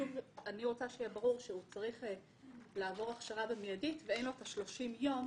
אני רוצה שיהיה ברור שהוא צריך לעבור הכשרה במיידית ואין לו 30 ימים